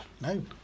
No